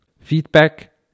feedback